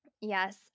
Yes